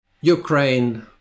Ukraine